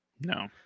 No